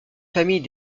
famille